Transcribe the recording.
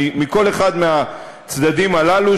מכל אחד מהצדדים הללו,